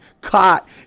caught